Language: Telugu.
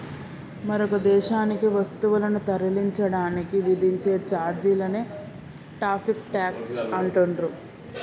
మరొక దేశానికి వస్తువులను తరలించడానికి విధించే ఛార్జీలనే టారిఫ్ ట్యేక్స్ అంటుండ్రు